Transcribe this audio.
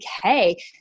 okay